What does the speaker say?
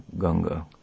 Ganga